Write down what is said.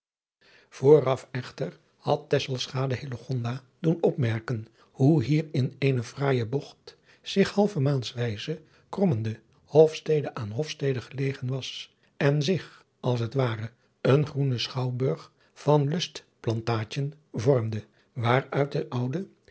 vooraf echter had tesselschade hillegonda doen opmerken hoe hier in eene fraaije bogt zich halve maanswijze krommende hofstede aan hofstede gelegen was en zich als het ware een groene schouwburg van lustplantaadjen vormde waaruit de voude